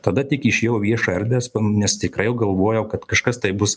tada tik išėjau į viešą erdvę nes tikrai jau galvojau kad kažkas tai bus